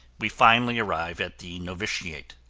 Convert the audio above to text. we finally arrive at the novitiate.